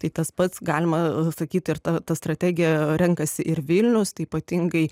tai tas pats galima sakyt ir ta ta strategija renkasi ir vilniaus tai ypatingai